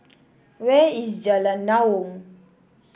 where is Jalan Naung